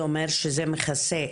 זה אומר שזה מכסה,